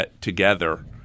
together